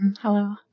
Hello